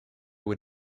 were